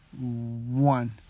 one